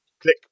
Click